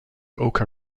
oka